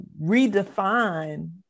redefine